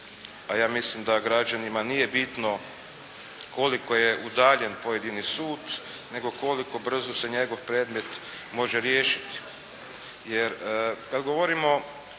a ja mislim da građanima nije bitno koliko je udaljen pojednini sud, nego koliko brzo se njegov predmet može riješiti.